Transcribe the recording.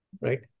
Right